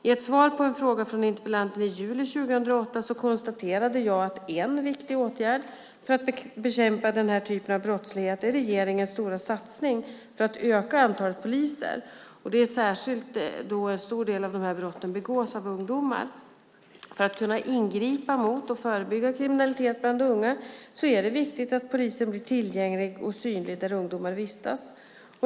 I ett svar på en fråga från interpellanten i juli 2008 konstaterade jag att en viktig åtgärd för att bekämpa denna typ av brottslighet är regeringens stora satsning för att öka antalet poliser, särskilt då en stor del av dessa brott begås av ungdomar. För att kunna ingripa mot och förebygga kriminalitet bland ungdomar är det viktigt att polisen blir tillgänglig och synlig där ungdomar vistas.